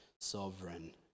sovereign